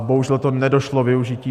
Bohužel to nedošlo využití.